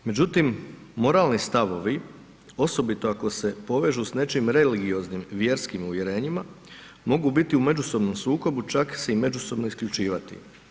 Međutim moralni stavovi, osobito ako se povežu s nečim religioznim, vjerskim uvjerenjima mogu biti u međusobnom sukobu čak se i međusobno isključivati.